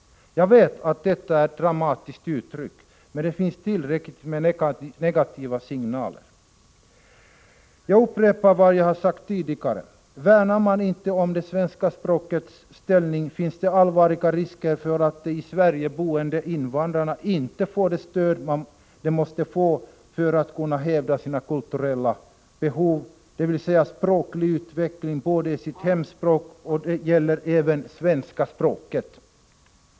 Jag vet att detta är dramatiskt uttryckt, men det finns tillräckligt med negativa signaler för det. Jag upprepar vad jag har sagt tidigare: Värnar man inte om det svenska språkets ställning finns det allvarliga risker för att de i Sverige boende invandrarna inte får det stöd de måste ha för att kunna hävda sina kulturella behov, dvs. språklig utveckling både i sitt hemspråk och i svenska språket.